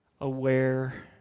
aware